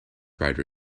rider